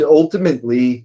ultimately